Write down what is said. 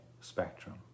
spectrum